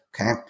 okay